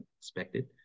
expected